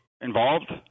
involved